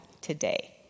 today